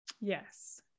Yes